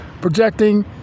Projecting